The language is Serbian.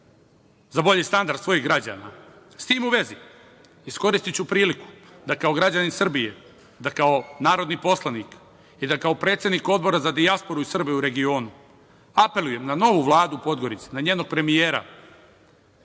za bolji standard svojih građana.S tim u vezi, iskoristiću priliku da kao građanin Srbije, da kao narodni poslanik i da kao predsednik Odbora za dijasporu i Srbe u regionu apelujem na novu Vladu Podgorice, na njenog premijera,